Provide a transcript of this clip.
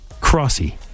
crossy